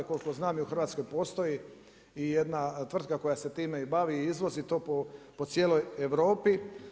Koliko znam i u Hrvatskoj postoji i jedna tvrtka koja se time i bavi, izvozi to po cijeloj Europi.